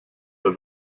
der